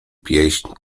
pieśń